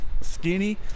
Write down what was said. skinny